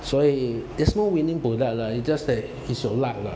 所以 there's no winning product lah it's just that it's your luck lah